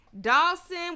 Dawson